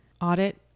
audit